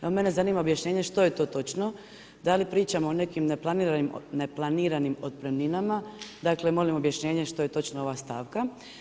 Evo mene zanima objašnjenje što je to točno, da li pričamo o nekim neplaniranim otpremninama, dakle molim objašnjenje što je točno ova stavka.